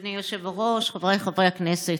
אדוני היושב-ראש, חבריי חברי הכנסת,